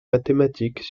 mathématiques